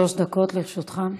שלוש דקות לרשותך.